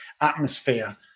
atmosphere